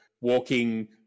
walking